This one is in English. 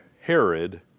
Herod